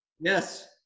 Yes